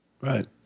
right